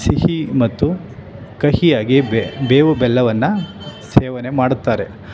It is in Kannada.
ಸಿಹಿ ಮತ್ತು ಕಹಿಯಾಗಿಯೇ ಬೇವು ಬೆಲ್ಲವನ್ನು ಸೇವನೆ ಮಾಡುತ್ತಾರೆ